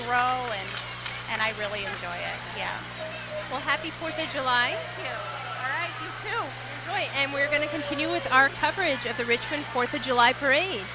role and i really enjoy the full happy fourth of july and we're going to continue with our coverage of the richmond fourth of july parade